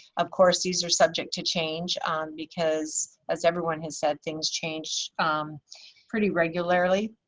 of course these are subject to change um because as everyone has said, things change um pretty regularly.